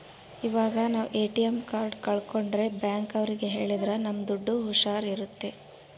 ಇವಾಗ ನಾವ್ ATM card ಕಲ್ಕೊಂಡ್ರೆ ಬ್ಯಾಂಕ್ ಅವ್ರಿಗೆ ಹೇಳಿದ್ರ ನಮ್ ದುಡ್ಡು ಹುಷಾರ್ ಇರುತ್ತೆ